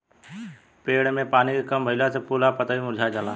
पेड़ में पानी के कम भईला से फूल आ पतई मुरझा जाला